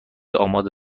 آماده